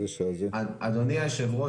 אדוני היו"ר,